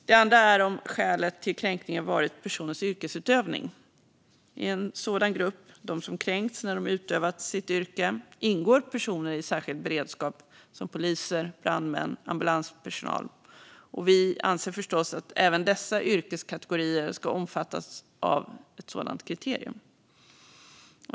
Det andra är om skälet till kränkningen varit personens yrkesutövning. I en sådan grupp - de som kränkts när de utövat sitt yrke - ingår personer i särskild beredskap, som poliser, brandmän och ambulanspersonal. Vi anser förstås att även dessa yrkeskategorier ska omfattas av ett sådant kriterium.